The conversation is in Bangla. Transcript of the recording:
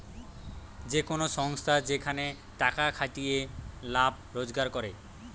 যে কোন সংস্থা যেখানে টাকার খাটিয়ে লাভ রোজগার করে